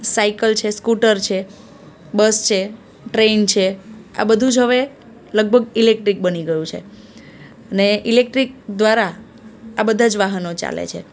cycle છે scooter છે bus છે ટ્રેન છે આ બધું જ હવે લગભગ ઇલેક્ટ્રિક બની ગયું છે ને ઇલેક્ટ્રિક દ્વારા હવે આ બધા જ વાહનો ચાલે છે